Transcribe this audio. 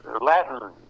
Latin